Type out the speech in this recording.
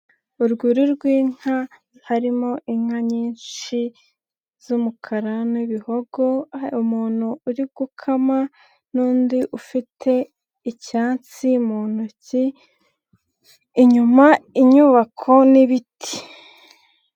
Urwuri rw'inka, harimo inka nyinshi z'umukara n'ibihogo, umuntu uri gukama n'undi ufite icyatsi mu ntoki, inyuma inyubako n'ibiti.